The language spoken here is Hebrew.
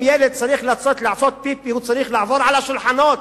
אם ילד צריך לצאת לעשות פיפי הוא צריך לעבור על השולחנות,